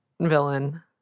villain